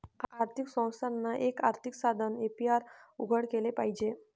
आर्थिक संस्थानांना, एक आर्थिक साधन ए.पी.आर उघडं केलं पाहिजे